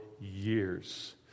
years